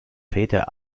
väter